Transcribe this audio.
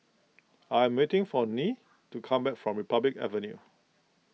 I am waiting for Nyree to come back from Republic Avenue